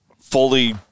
Fully